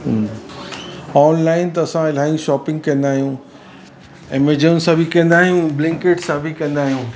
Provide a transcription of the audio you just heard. online त असां इलाही शॉपिंग कंदा आहियूं एमेजोन सां बि कंदा आहियूं ब्लिंकिट सां बि कंदा आहियूं